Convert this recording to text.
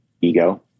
ego